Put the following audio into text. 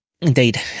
indeed